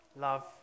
love